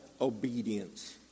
obedience